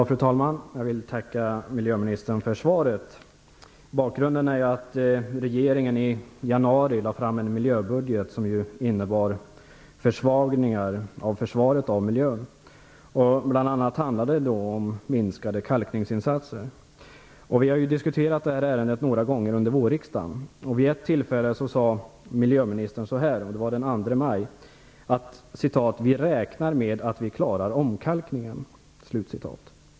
Fru talman! Jag vill tacka miljöministern för svaret. Bakgrunden till min fråga är att regeringen i januari lade fram en miljöbudget som innebär försvagningar av försvaret av miljön. Det gäller bl.a. minskade kalkningsinsatser. Vi har diskuterat det här ärendet några gånger under vårriksdagen. Vid ett tillfälle, den 2 maj, sade miljöministern: "Vi räknar med att vi klarar omkalkningen."